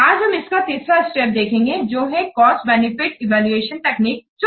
आज हम इसका तीसरा स्टेप देखेंगे जो है कॉस्ट बेनिफिट इवैल्यूएशन टेक्निक चुनना